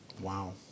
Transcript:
Wow